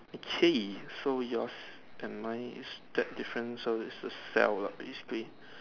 okay so yours and mine is that different so is the cell lah basically